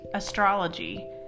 astrology